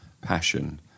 passion